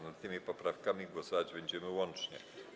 Nad tymi poprawkami głosować będziemy łącznie.